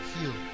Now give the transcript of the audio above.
Heal